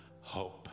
hope